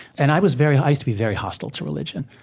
and i was very i used to be very hostile to religion.